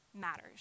matters